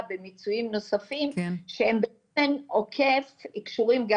במיצויים נוספים שהם באופן עקיף קשורים גם